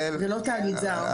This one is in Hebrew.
זה לא תאגיד זר.